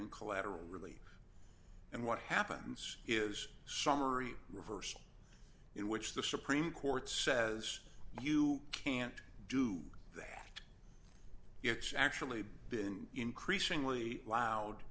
of collateral really and what happens is summary reversal in which the supreme court says you can't do that it's actually been increasingly loud